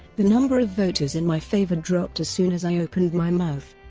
the number of voters in my favour dropped as soon as i opened my mouth.